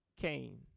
Cain